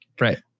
Right